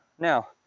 now